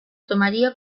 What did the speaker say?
tomaría